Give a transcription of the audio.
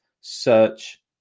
search